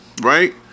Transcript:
right